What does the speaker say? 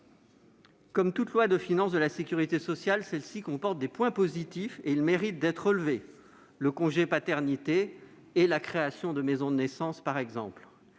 Comme toute loi de financement de la sécurité sociale, celle-ci comporte des points positifs qui méritent d'être relevés. C'est le cas du congé paternité et de la création de maisons de naissance, par exemple.